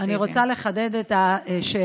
אני רוצה לחדד את השאלה.